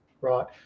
right